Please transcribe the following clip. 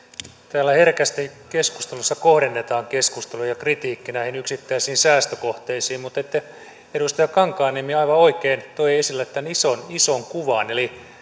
täällä herkästi keskustelussa kohdennetaan keskustelu ja kritiikki näihin yksittäisiin säästökohteisiin mutta edustaja kankaanniemi aivan oikein toi esille tämän ison ison kuvan eli